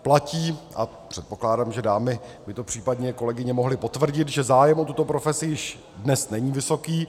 Platí, a předpokládám, že dámy, by to případně kolegyně mohly potvrdit, že zájem o tuto profesi již dnes není vysoký.